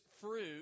fruit